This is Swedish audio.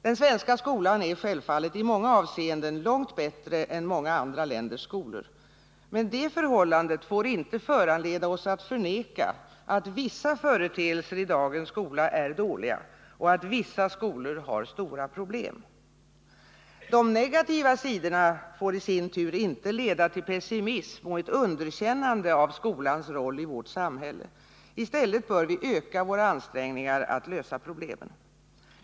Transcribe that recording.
Den svenska skolan är självfallet i många avseenden långt bättre än många andra länders skolor. Men detta förhållande får inte föranleda oss att förneka att vissa företeelser i dagens skola är dåliga och att vissa skolor har stora problem. De negativa sidorna får i sin tur inte leda till pessimism och ett underkännande av skolans roll i vårt samhälle. I stället bör vi öka våra ansträngningar för att lösa problemen.